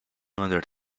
under